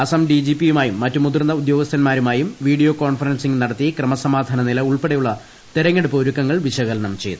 അസം ഡിജിപിയുമായും മറ്റ് മുതിർന്ന ഉദ്യോഗസ്ഥർമാരുമായും വീഡിയോ കോൺഫറൻസിംഗ് നടത്തി ക്രമസമാധാന നില ഉൾപ്പെടെയുള്ള തെരഞ്ഞെടുപ്പ് ഒരുക്കങ്ങൾ വിശകലനം ചെയ്തു